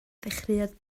ddechreuodd